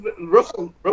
Russell